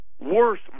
worse